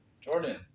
Jordan